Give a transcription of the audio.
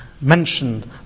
mentioned